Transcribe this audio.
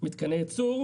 מתקני ייצור,